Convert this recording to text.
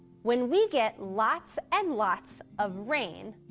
when we get lots and lots of rain,